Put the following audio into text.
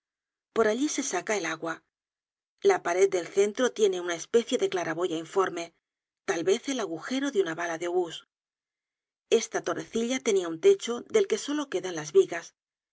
por allí se sacaba el agua la pared del centro tiene una especie de claraboya informe tal vez el agujero de una bala de obus esta torrecilla tenia un techo del que solo quedan las vigas